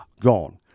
Gone